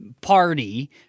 party